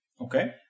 Okay